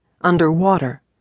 underwater